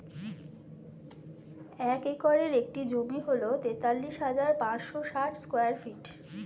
এক একরের একটি জমি হল তেতাল্লিশ হাজার পাঁচশ ষাট স্কয়ার ফিট